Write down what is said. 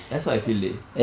that's how I feel dey